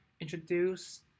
introduce